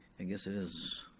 and guess it is.